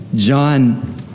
John